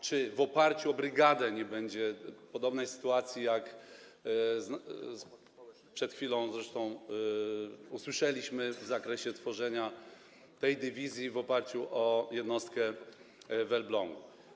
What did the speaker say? Czy w oparciu o brygadę nie będzie podobnej sytuacji, jak zresztą przed chwilą usłyszeliśmy, w zakresie tworzenia tej dywizji w oparciu o jednostkę w Elblągu?